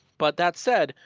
but that said,